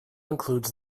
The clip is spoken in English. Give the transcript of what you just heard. includes